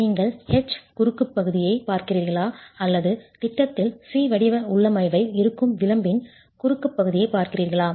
நீங்கள் h குறுக்கு பகுதியைப் பார்க்கிறீர்களா அல்லது திட்டத்தில் C வடிவ உள்ளமைவாக இருக்கும் விளிம்பின் குறுக்கு பகுதியைப் பார்க்கிறீர்களா